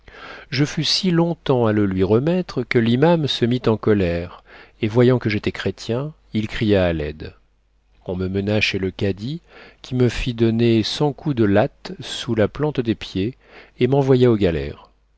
je fus si long-temps à le lui remettre que l'iman se mit en colère et voyant que j'étais chrétien il cria à l'aide on me mena chez le cadi qui me fit donner cent coups de latte sous la plante des pieds et m'envoya aux galères